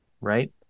right